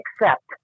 accept